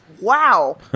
Wow